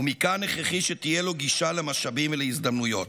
ומכאן הכרחי שתהיה לו גישה למשאבים ולהזדמנויות.